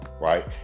right